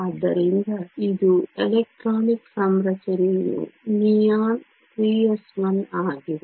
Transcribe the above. ಆದ್ದರಿಂದ ಇದು ಎಲೆಕ್ಟ್ರಾನಿಕ್ ಸಂರಚನೆಯು ನಿಯಾನ್ 3s1 ಆಗಿದೆ